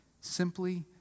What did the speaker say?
Simply